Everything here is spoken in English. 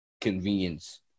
convenience